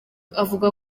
avuga